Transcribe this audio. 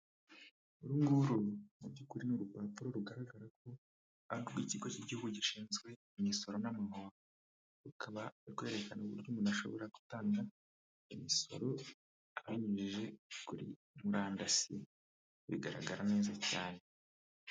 Ubungubu mu by'ukuri ni urupapuro rugaragara ko arirw ikigo cy igihugu gishinzwe imisoro n'amahoro rukaba rwerekana uburyo umuntu ashobora gutanga imisoro abinyujije kuri murandasi bigaragara neza cyane..